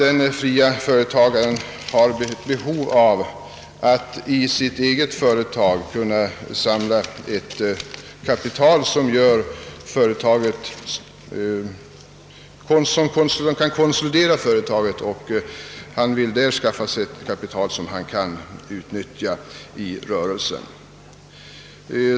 En fri företagare har behov av att samla ett kapital i sitt eget företag för att konsolidera detta eller för att utnyttja det i rörelsen.